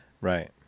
Right